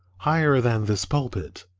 higher than this pulpit,